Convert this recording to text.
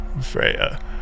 Freya